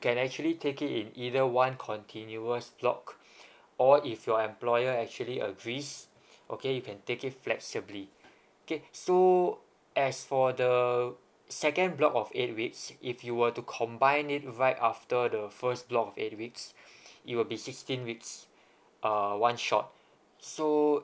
can actually take it in either one continuous block or if your employer actually agrees okay you can take it flexibly okay so as for the second block of eight weeks if you were to combine it right after the first block of eight weeks it'll be sixteen weeks uh one shot so